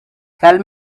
tell